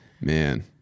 Man